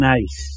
Nice